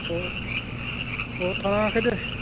अह अह थाङाखै दे